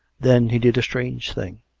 then he did a strange thing.